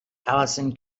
alison